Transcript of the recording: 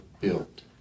built